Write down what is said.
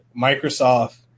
Microsoft